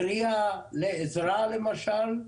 קריאה לעזרה, למשל,